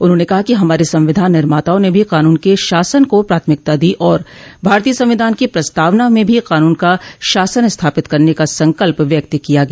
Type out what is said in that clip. उन्होंने कहा कि हमारे संविधान निर्माताओं ने भी कानून के शासन को प्राथमिकता दो और भारतीय संविधान की प्रस्तावना में भी कानून का शासन स्थापित करने का संकल्प व्यक्त किया गया